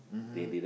mmhmm